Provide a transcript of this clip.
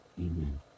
Amen